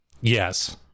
Yes